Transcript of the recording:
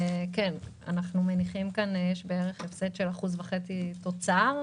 אנחנו מניחים שיש הפסד של בערך 1.5% תוצר,